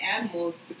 animals